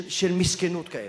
של מסכנוּת.